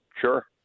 Sure